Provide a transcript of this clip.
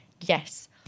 Yes